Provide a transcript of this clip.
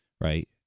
right